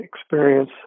experience